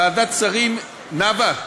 ועדת השרים, נאוה,